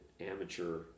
amateur